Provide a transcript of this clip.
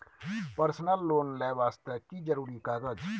Personal loan ले वास्ते की जरुरी कागज?